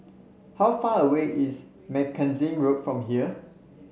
how far away is Mackenzie Road from here